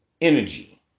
energy